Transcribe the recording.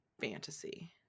fantasy